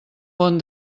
bon